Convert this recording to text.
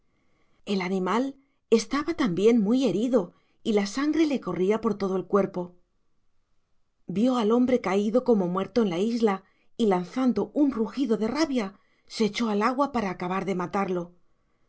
el animal estaba también muy herido y la sangre le corría por todo el cuerpo vio al hombre caído como muerto en la isla y lanzando un rugido de rabia se echó al agua para acabar de matarlo